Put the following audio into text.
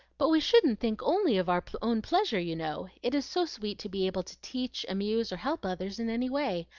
but we shouldn't think only of our own pleasure, you know. it is so sweet to be able to teach, amuse, or help others in any way.